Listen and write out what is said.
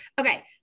okay